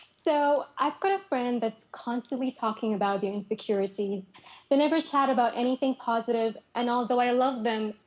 so i've got a friend that's constantly talking about the insecurities, they never chat about anything positive, and although i love them,